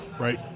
Right